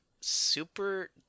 super